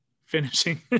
finishing